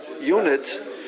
unit